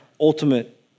ultimate